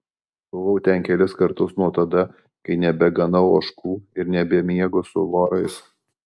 buvau ten kelis kartus nuo tada kai nebeganau ožkų ir nebemiegu su vorais